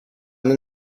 then